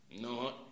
no